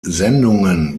sendungen